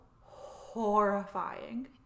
horrifying